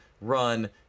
run